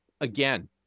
Again